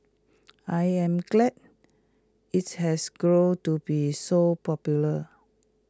I am glad its has grown to be so popular